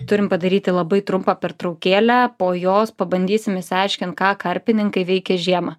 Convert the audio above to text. turim padaryti labai trumpą pertraukėlę po jos pabandysim išsiaiškinti ką karpininkai veikia žiemą